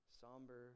somber